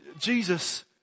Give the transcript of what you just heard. Jesus